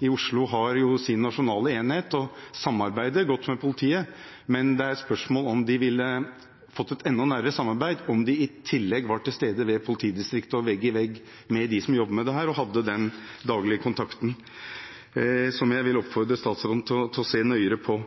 i Oslo har sin nasjonale enhet, og de samarbeider godt med politiet. Men det er et spørsmål om de ville fått et enda nærere samarbeid om de i tillegg var til stede ved politidistriktet og vegg-i-vegg med dem som jobber med dette, og hadde den daglige kontakten. Det vil jeg oppfordre statsråden til å se nøyere på.